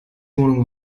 wohnung